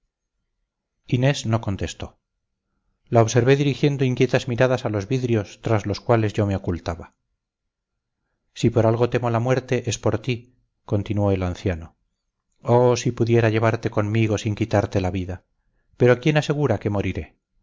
necios inés no contestó la observé dirigiendo inquietas miradas a los vidrios tras los cuales yo me ocultaba si por algo temo la muerte es por ti continuó el anciano oh si pudiera llevarte conmigo sin quitarte la vida pero quién asegura que moriré